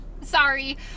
sorry